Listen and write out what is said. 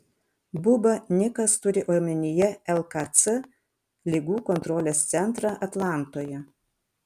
buba nikas turi omenyje lkc ligų kontrolės centrą atlantoje